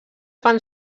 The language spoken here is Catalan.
fan